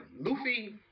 Luffy